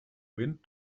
wind